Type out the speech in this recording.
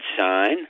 sign